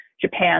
Japan